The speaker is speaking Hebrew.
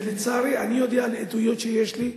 ולצערי אני יודע על עדויות שיש לי בלוד,